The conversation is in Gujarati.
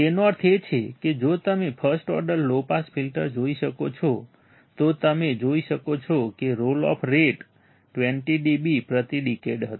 તેનો અર્થ એ છે કે જો તમે first order low pass filter જોઈ શકો છો તો તમે જોઈ શકો છો કે રોલ ઓફ રેટ 20 dB પ્રતિ ડિકેડ હતો